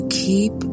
keep